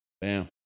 bam